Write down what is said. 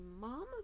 mom